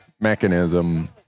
mechanism